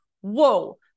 Whoa